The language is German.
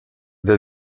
der